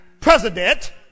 president